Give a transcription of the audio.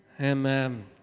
Amen